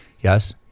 yes